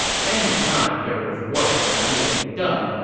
any time there was work that needed to be done,